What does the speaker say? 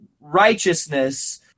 righteousness